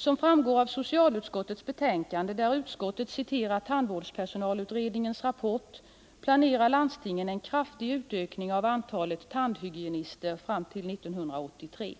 Som framgår av socialutskottets betänkande, där utskottet citerar tandvårdspersonalutredningens rapport, planerar landstingen en kraftig utökning av antalet tandhygienisttjänster fram till 1983.